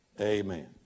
amen